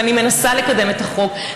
ואני מנסה לקדם את החוק,